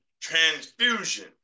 transfusion